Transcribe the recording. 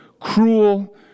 cruel